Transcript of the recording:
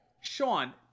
Sean